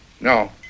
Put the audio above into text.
No